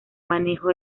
manejo